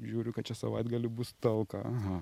žiūriu kad čia savaitgalį bus talka aha